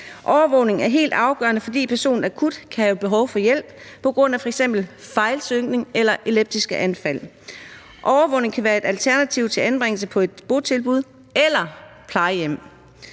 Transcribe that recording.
Overvågning er helt afgørende, fordi personen akut kan have behov for hjælp på grund af f.eks. fejlsynkning eller et epileptisk anfald. Overvågningen kan være et alternativ til anbringelse på et botilbud eller plejehjem.